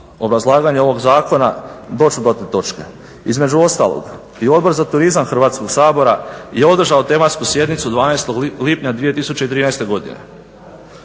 obrazlaganje ovoga Zakona doći ću do te točke. Između ostalog i Odbor za turizam Hrvatskoga sabora je održao tematsku sjednicu 12. lipnja 2013. godine.